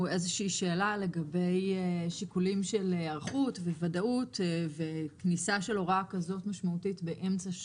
שזה לא ייצור, אם זה באמצע שנה